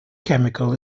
chemical